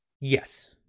Yes